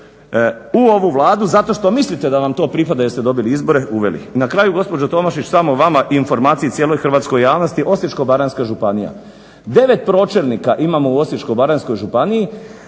u ovu Vladu, zato što mislite da vam to pripada jer ste dobili izbore uveli. I na kraju gospođo Tomašić samo vama i informaciji cijeloj hrvatskoj javnosti Osječko-baranjska županija 9 pročelnika imamo u Osječko-baranjskoj županiji,